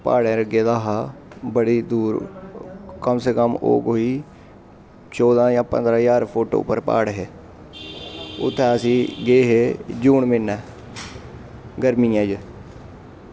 प्हाड़ें र गेदा हा बड़ी दूर कम से कम ओह् कोई चौदां जां पंदरां ज्हार फुट्ट उप्पर प्हाड़ हे उत्थें असीं गे हे जून म्हीनै गर्मियें च